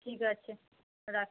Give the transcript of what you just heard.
ঠিক আছে রাখ